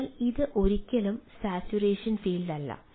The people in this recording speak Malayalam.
അതിനാൽ ഇത് ഒരിക്കലും സാച്ചുറേഷൻ ഫീൽഡല്ല